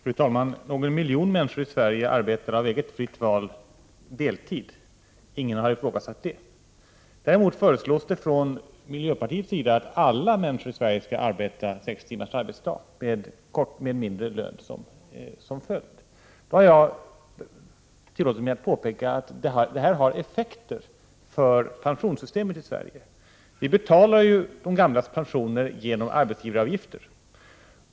Fru talman! Någon miljon människor i Sverige arbetar av eget fritt val deltid. Ingen har ifrågasatt det. Däremot föreslår man från miljöpartiets sida att alla människor i Sverige skall ha sex timmars arbetsdag, med mindre lön som följd. Jag tillåter mig att påpeka att detta kommer att ha effekter på pensionssystemet i Sverige. Vi betalar de gamlas pensioner genom arbetsgivaravgifter.